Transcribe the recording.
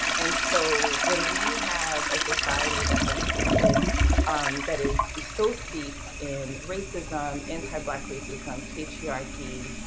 and so when we have a society that has created um that is is so steeped in racism, anti black racism, patriarchy,